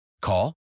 Call